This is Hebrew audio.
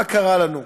מה קרה לנו?